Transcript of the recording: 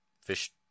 Fish